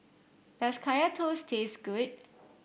does Kaya Toast taste good